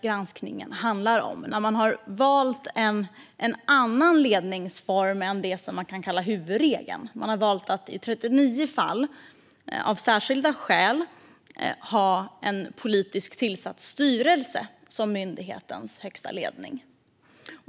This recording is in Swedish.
Granskningen handlar om en annan ledningsform än den som är huvudregeln. Man har valt att i 39 fall, av särskilda skäl, ha en politiskt tillsatt styrelse som myndighetens högsta ledning.